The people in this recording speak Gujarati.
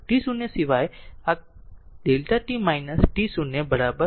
t0 t0 સિવાય આ Δ t t0 0 સિવાય છે